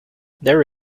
there